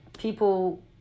people